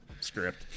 script